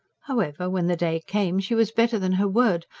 however, when the day came, she was better than her word,